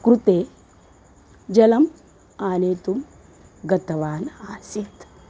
कृते जलम् आनेतुं गतवान् आसीत्